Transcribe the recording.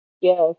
Yes